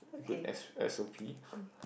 good S S_O_P